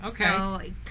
okay